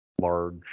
large